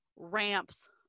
Ramps